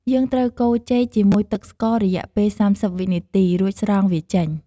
យើងត្រូវកូរចេកជាមួយទឹកស្កររយៈ៣០វិនាទី រួចស្រង់វាចេញ។